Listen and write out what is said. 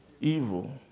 evil